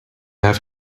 have